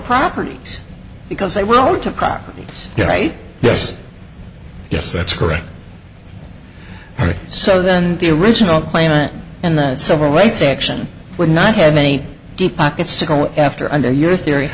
properties because they were to property right yes yes that's correct so then the original claimant in the civil rights action would not have any deep pockets to go after under your theory